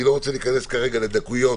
אני לא נכנס כרגע לדקויות,